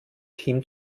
team